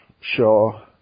sure